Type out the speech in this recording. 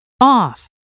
off